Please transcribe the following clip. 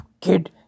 kid